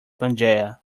pangaea